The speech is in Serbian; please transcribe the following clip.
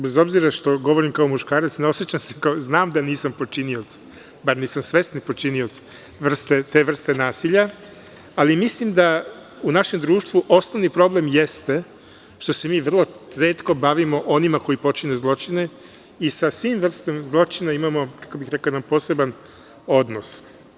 Bez obzira što govorim kao muškarac, znam da nisam počinioc, bar nisam svesni počinioc te vrste nasilja, ali mislim da u našem društvu osnovni problem jeste što se mi vrlo retko bavimo onima koji počine zločine i sa svim vrstama zločina imamo jedan poseban odnos.